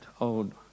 old